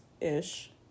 ish